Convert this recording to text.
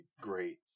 great